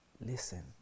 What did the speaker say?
listen